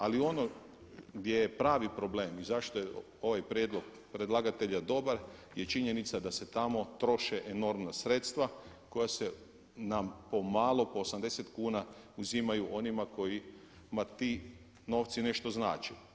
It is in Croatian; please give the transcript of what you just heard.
Ali ono gdje je pravi problem i zašto je ovaj prijedlog predlagatelja dobar je činjenica da se tamo troše enormna sredstva koja nam se po malo po osamdeset kuna uzimaju onima kojima ti novci nešto znače.